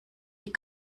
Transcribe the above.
die